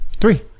Three